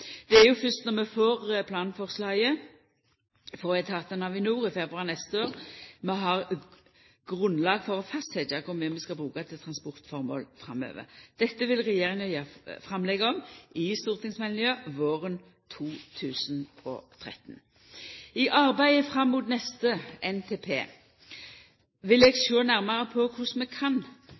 Det er jo fyrst når vi får planforslaget frå etatane og Avinor i februar neste år, at vi har grunnlag for å fastsetja kor mykje vi skal bruka til transportføremål framover. Dette vil regjeringa gjera framlegg om i stortingsmeldinga våren 2013. I arbeidet fram mot neste NTP vil eg sjå nærmare på korleis vi kan